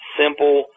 simple